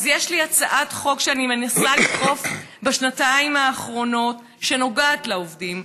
אז יש לי הצעת חוק שאני מנסה לדחוף בשנתיים האחרונות שנוגעת לעובדים,